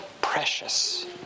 precious